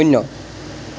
শূন্য